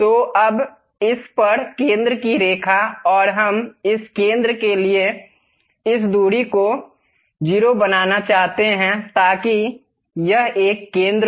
तो अब इस पर केंद्र की रेखा और हम इस केंद्र के लिए इस दूरी को 0 बनाना चाहते हैं ताकि यह एक केंद्र हो